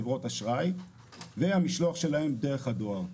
חברות אשראי והמשלוח שלהם דרך הדואר.